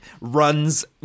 runs